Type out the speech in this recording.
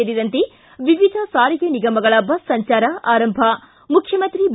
ಸೇರಿದಂತೆ ವಿವಿಧ ಸಾರಿಗೆ ನಿಗಮಗಳ ಬಸ್ ಸಂಚಾರ ಆರಂಭ ಮುಖ್ಯಮಂತ್ರಿ ಬಿ